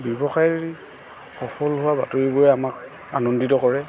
ব্যৱসায়ীৰ সফল হোৱা বাতৰিবোৰে আমাক আনন্দিত কৰে